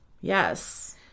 Yes